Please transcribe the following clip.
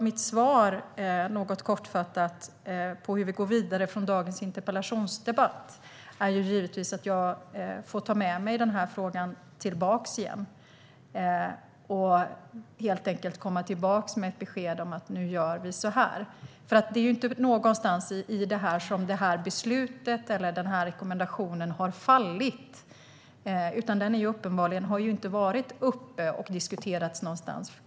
Mitt svar på frågan hur vi går vidare från dagens interpellationsdebatt är därför, något kortfattat, att jag givetvis får ta med mig frågan igen och helt enkelt komma tillbaka med ett besked om hur vi ska göra. Det är nämligen inte någonstans i detta som beslutet eller rekommendationen har fallit, utan den har uppenbarligen inte varit uppe någonstans.